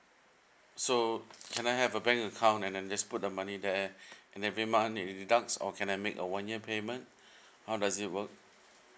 so can I have a bank account and then just put the money there and every month you deduct or can I make a one year payment how does it work